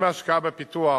עם ההשקעה בפיתוח,